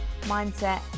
mindset